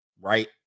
right